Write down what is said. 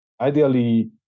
ideally